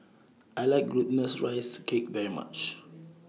I like Glutinous Rice Cake very much